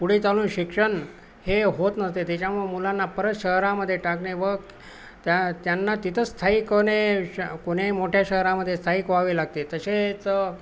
पुढे चालून शिक्षण हे होत नसते त्याच्यामुळं मुलांना परत शहरामध्ये टाकणे व त्या त्यांना तिथंच स्थायिक होणे श कोण्याही मोठ्या शहरामध्ये स्थायिक व्हावे लागते तसेच